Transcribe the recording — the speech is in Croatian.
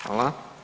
Hvala.